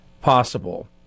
possible